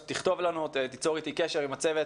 תכתוב לנו או תיצור קשר עם הצוות